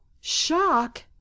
shock